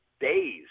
days